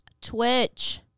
Twitch